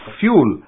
fuel